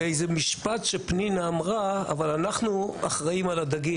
באיזה משפט שפנינה אמרה 'אבל אנחנו אחראים על הדגים,